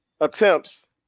attempts